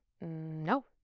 No